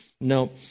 no